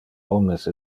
omnes